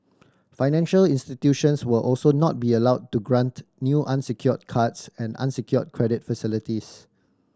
financial institutions will also not be allowed to grant new unsecured cards and unsecured credit facilities